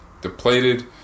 depleted